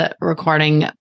recording